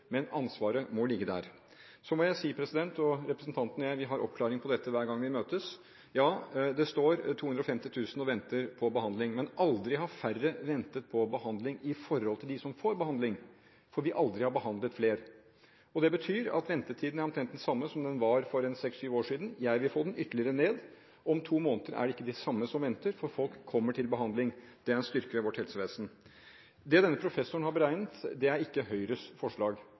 men ansvaret må ligge der. Så må jeg si at representanten og jeg har oppklaring av dette hver gang vi møtes: Ja, det står 250 000 og venter på behandling, men aldri har færre ventet på behandling i forhold til dem som får behandling, fordi vi aldri har behandlet fler. Det betyr at ventetiden er omtrent den samme som den var for seks–syv år siden. Jeg vil få den ytterligere ned, og om to måneder er det ikke de samme som venter, for folk kommer til behandling. Det er en styrke ved vårt helsevesen. Det denne professoren har beregnet, er ikke Høyres forslag.